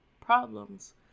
problems